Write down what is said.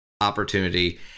opportunity